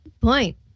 point